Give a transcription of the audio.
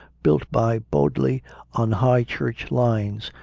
built by bodley on high church lines,